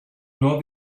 nor